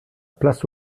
place